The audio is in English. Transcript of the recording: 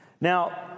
Now